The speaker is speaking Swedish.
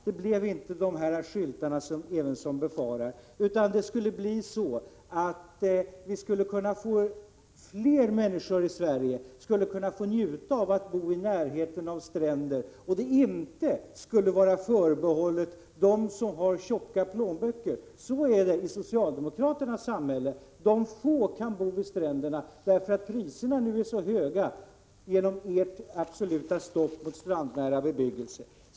Det skulle inte bli fråga om de skyltar som Rune Evensson befarar, utan fler människor i Sverige skulle kunna få njuta av att bo i närheten av stränder, och det skulle inte vara förbehållet dem med tjocka plånböcker. Så är det i socialdemokraternas samhälle, där få människor kan bo vid stränderna därför att priserna nu är mycket höga genom ert absoluta stopp för strandnära bebyggelse.